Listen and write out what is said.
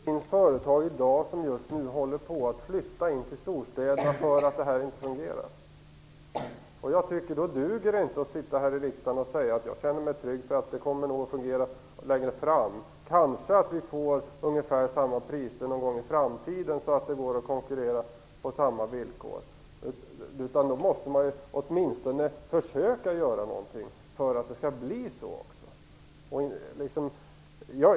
Fru talman! Det finns företag som just nu håller på att flytta in till storstäderna för att det här inte fungerar. Då tycker jag inte att det duger att sitta här i riksdagen och säga att jag känner mig trygg, för det kommer nog att fungera längre fram. Kanske vi får ungefär samma priser någon gång i framtiden, så att det går att konkurrera på samma villkor. Man måste åtminstone försöka göra någonting för att det skall bli så också.